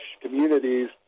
communities